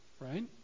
right